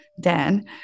Dan